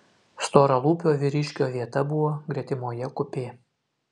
storalūpio vyriškio vieta buvo gretimoje kupė